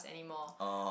anymore